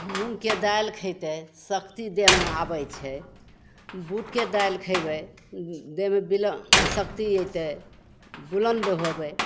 मूँगके दालि खइते शक्ति देहमे आबय छै बूटके दालि खइबय देहमे शक्ति अइतय बुलन्द हेबय